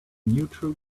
neutral